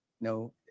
No